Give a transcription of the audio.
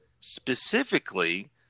Specifically